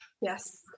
Yes